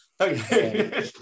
Okay